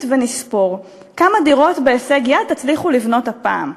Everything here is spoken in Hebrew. ונספור: כמה דירות בהישג יד תצליחו לבנות הפעם?